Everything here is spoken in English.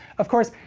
of course,